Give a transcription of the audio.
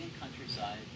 countryside